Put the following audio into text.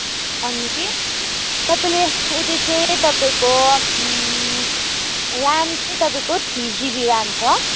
अनि तपाईँले उ त्यो चाहिँ तपाईँको रेम चाहिँ तपाईँको थ्री जिबी रेम छ